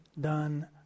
done